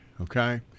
okay